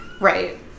right